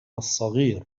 الصغير